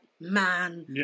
man